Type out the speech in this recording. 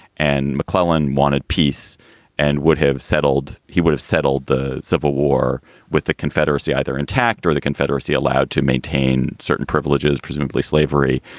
and mcclellan wanted peace and would have settled. he would have settled the civil war with the confederacy either intact or the confederacy allowed to maintain certain privileges, presumably slavery,